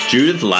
Judith